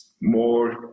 more